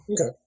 Okay